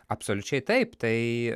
absoliučiai taip tai